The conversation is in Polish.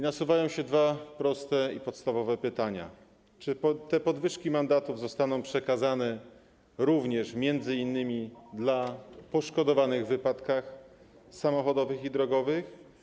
Nasuwają się dwa proste i podstawowe pytania: Czy te podwyżki mandatów zostaną przekazane również m.in. poszkodowanym w wypadkach samochodowych i drogowych?